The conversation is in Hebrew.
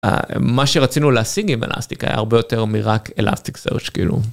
מה שרצינו להשיג עם אלסטיק היה הרבה יותר מרק אלסטיק סארצ' כאילו.